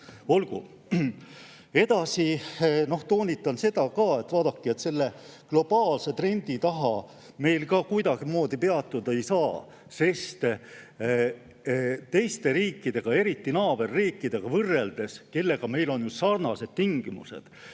olgu. Edasi ma toonitan seda, et vaadake, selle globaalse trendi taha me ka kuidagimoodi peituda ei saa, sest teiste riikide, eriti naaberriikidega võrreldes, kellega meil on sarnased tingimused,